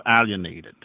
alienated